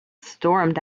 stormed